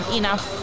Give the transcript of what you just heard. enough